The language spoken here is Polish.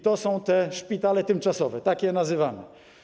To są te szpitale tymczasowe, tak je nazywamy.